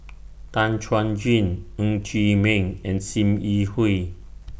Tan Chuan Jin Ng Chee Meng and SIM Yi Hui